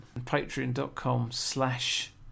Patreon.com/slash